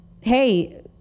hey